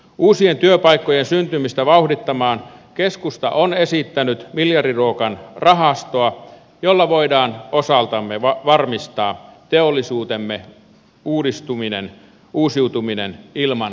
uusien työpaikkojen syntymistä vauhdittamaan keskusta on esittänyt miljardiluokan rahastoa jolla voidaan osaltamme varmistaa teollisuutemme uusiutuminen ilman lisävelanottoa